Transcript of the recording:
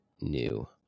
new